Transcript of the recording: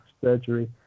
surgery